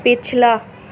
پچھلا